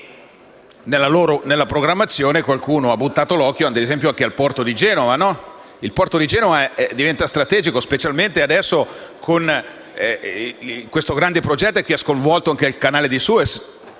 Nella programmazione qualcuno ha buttato l'occhio, per esempio, anche al porto di Genova che diventa strategico, specialmente adesso proprio grazie a questo grande progetto, che ha coinvolto anche il Canale di Suez.